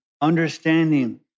Understanding